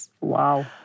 Wow